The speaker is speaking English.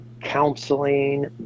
counseling